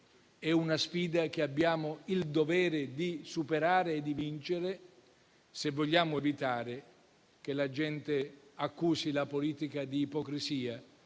È una sfida che abbiamo il dovere di superare e di vincere, se vogliamo evitare che la gente accusi la politica di ipocrisia